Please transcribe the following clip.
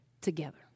together